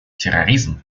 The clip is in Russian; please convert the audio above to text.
терроризм